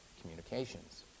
communications